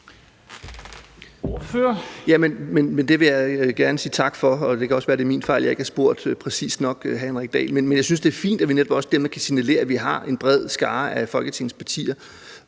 Det vil jeg gerne sige tak for, og det kan også være, at det er min fejl, at jeg ikke har spurgt hr. Henrik Dahl præcist nok. Jeg synes, det er fint, at vi dermed også kan signalere, at vi er en bred skare af Folketingets partier.